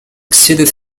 exceeded